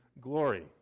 glory